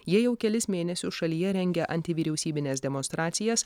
jie jau kelis mėnesius šalyje rengia antivyriausybines demonstracijas